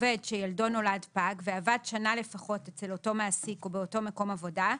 עובד שילדו נולד פג ועבד שנה לפחות אצל אותו מעסיק ובאותו מקום עבודה,